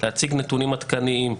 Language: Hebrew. להציג נתונים עדכניים,